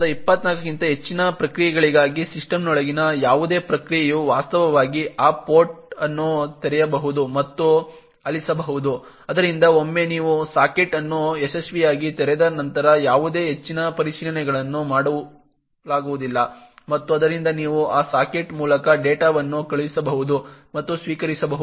1024 ಕ್ಕಿಂತ ಹೆಚ್ಚಿನ ಪ್ರಕ್ರಿಯೆಗಳಿಗಾಗಿ ಸಿಸ್ಟಮ್ನೊಳಗಿನ ಯಾವುದೇ ಪ್ರಕ್ರಿಯೆಯು ವಾಸ್ತವವಾಗಿ ಆ ಪೋರ್ಟ್ ಅನ್ನು ತೆರೆಯಬಹುದು ಮತ್ತು ಆಲಿಸಬಹುದು ಆದ್ದರಿಂದ ಒಮ್ಮೆ ನೀವು ಸಾಕೆಟ್ ಅನ್ನು ಯಶಸ್ವಿಯಾಗಿ ತೆರೆದ ನಂತರ ಯಾವುದೇ ಹೆಚ್ಚಿನ ಪರಿಶೀಲನೆಗಳನ್ನು ಮಾಡಲಾಗುವುದಿಲ್ಲ ಮತ್ತು ಆದ್ದರಿಂದ ನೀವು ಆ ಸಾಕೆಟ್ ಮೂಲಕ ಡೇಟಾವನ್ನು ಕಳುಹಿಸಬಹುದು ಮತ್ತು ಸ್ವೀಕರಿಸಬಹುದು